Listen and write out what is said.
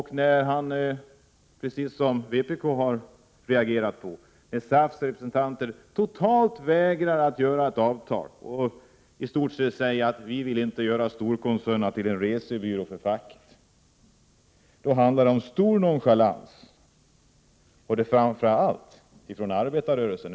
Han reagerade, liksom också vpk:s representanter, när SAF:s representanter totalt vägrade att träffa ett avtal och i stort sett sade att de inte ville göra storkoncernerna till en resebyrå för facket. Det handlar om stor nonchalans och är mycket utmanande mot arbetarrörelsen.